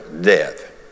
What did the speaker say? death